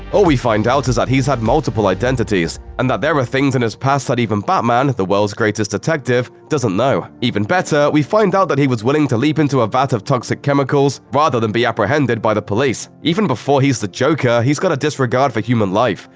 all we find out is that he's had multiple identities, and that there are things in his past that even batman, the world's greatest detective, doesn't know. even better, we find out that he was willing to leap into a vat of toxic chemicals rather than be apprehended by the police. even before he's the joker, he's got a disregard for human life,